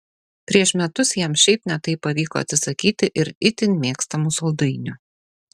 prieš metus jam šiaip ne taip pavyko atsisakyti ir itin mėgstamų saldainių